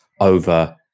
over